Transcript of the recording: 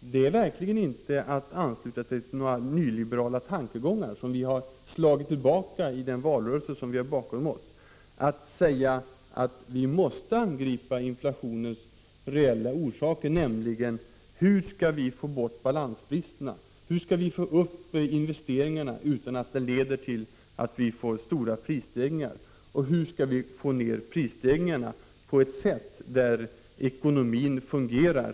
det är verkligen inte att ansluta sig till några nyliberala tankegångar — som vi har slagit tillbaka i den valrörelse vi har bakom oss — att säga att vi måste angripa inflationens reella orsaker: Hur skall vi få bort balansbristerna? Hur skall vi få upp investeringarna utan att det leder till att vi får stora prisstegringar? Hur skall vi få ner prisstegringarna på ett sådant sätt att ekonomin fungerar?